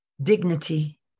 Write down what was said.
dignity